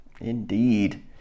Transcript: Indeed